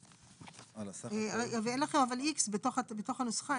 רגע, ואין לכם אבל X בתוך בנוסחה.